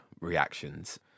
reactions